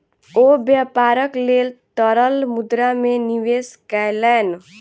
ओ व्यापारक लेल तरल मुद्रा में निवेश कयलैन